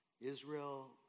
Israel